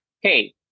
hey